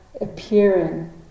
appearing